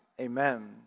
amen